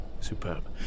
superb